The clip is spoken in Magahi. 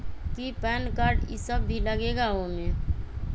कि पैन कार्ड इ सब भी लगेगा वो में?